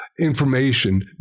information